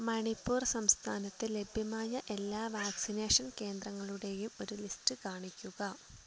മണിപ്പൂർ സംസ്ഥാനത്ത് ലഭ്യമായ എല്ലാ വാക്സിനേഷൻ കേന്ദ്രങ്ങളുടെയും ഒരു ലിസ്റ്റ് കാണിക്കുക